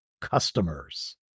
customers